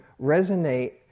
resonate